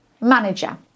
Manager